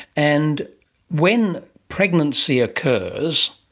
and when pregnancy occurs,